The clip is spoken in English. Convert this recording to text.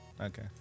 Okay